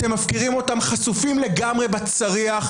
אתם מפקירים אותם חשופים לגמרי בצריח,